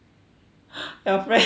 your friends